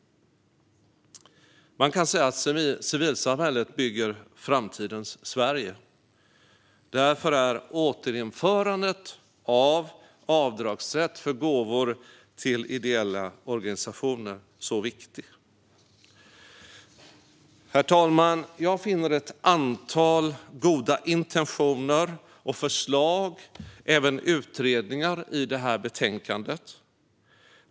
Man kan säga att civilsamhället bygger framtidens Sverige. Därför är återinförandet av avdragsrätt för gåvor till ideella organisationer så viktigt. Herr talman! Jag finner ett antal goda intentioner och förslag, även utredningar, i betänkandet.